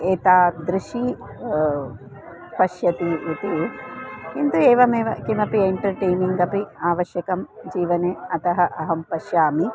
एतादृशं पश्यति इति किन्तु एवमेव किमपि एण्टर्टैनिङ्ग् अपि आवश्यकं जीवने अतः अहं पश्यामि